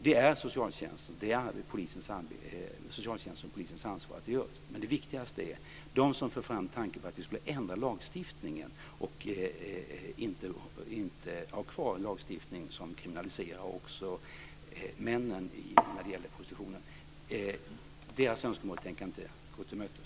Det är socialtjänstens och polisens ansvar att detta görs. Det viktigaste gäller dock dem som för fram tanken på att vi ska ändra lagstiftningen och inte ha kvar en lagstiftning som kriminaliserar också männen när det gäller prostitutionen. Deras önskemål tänker jag inte gå till mötes.